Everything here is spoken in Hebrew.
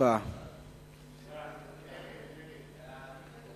ההצעה להעביר את הצעת חוק מוזיאון הכנסת,